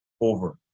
over